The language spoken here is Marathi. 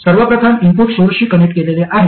तर सर्व प्रथम इनपुट सोर्सशी कनेक्ट केलेले आहे